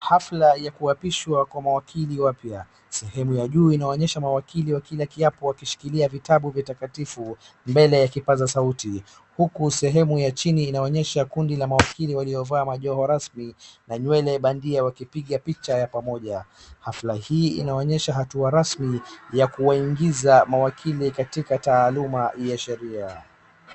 Hafla ya kuapishwa kwa mawakili wapya. Sehemu ya juu inaonyesha mawakili wa kila kiapo wakishikilia vitabu vitakatifu mbele ya kipaza sauti, huku sehemu ya chini inaonyesha kundi la maafiri waliovaa majoo rasmi na nywele bandia wakipiga picha ya pamoja. Hafla hii inaonyesha hatua rasmi, ya kuwaingiza mawakili katika taaluma ya sheria.